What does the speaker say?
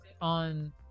on